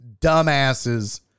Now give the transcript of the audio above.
dumbasses